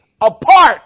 apart